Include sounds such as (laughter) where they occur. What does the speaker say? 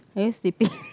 are you sleeping (laughs)